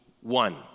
one